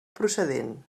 procedent